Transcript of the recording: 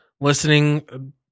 listening